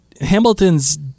Hamilton's